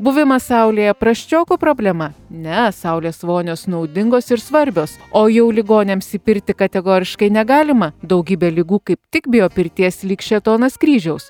buvimas saulėje prasčioko problema ne saulės vonios naudingos ir svarbios o jau ligoniams į pirtį kategoriškai negalima daugybę ligų kaip tik bijo pirties lyg šėtonas kryžiaus